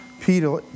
Peter